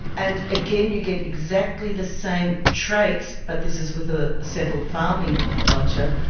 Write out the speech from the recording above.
and again you get exactly the same traits, but this is with a settled farming culture,